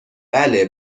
بله